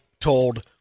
told